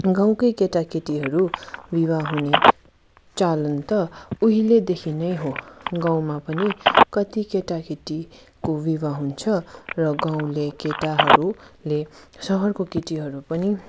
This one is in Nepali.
गाउँकै केटाकेटीहरू विवाह हुने चालन त उहिलेदेखि नै हो गाउँमा पनि कति केटा केटीको विवाह हुन्छ र गाउँले केटाहरूले सहरको केटीहरू पनि